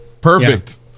perfect